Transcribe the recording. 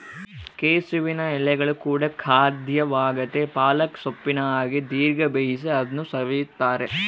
ಕೆಸುವಿನ ಎಲೆಗಳು ಕೂಡ ಖಾದ್ಯವಾಗೆತೇ ಪಾಲಕ್ ಸೊಪ್ಪಿನ ಹಾಗೆ ದೀರ್ಘ ಬೇಯಿಸಿ ಅದನ್ನು ಸವಿಯುತ್ತಾರೆ